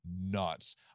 nuts